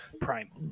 Primal